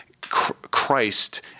Christ